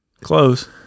Close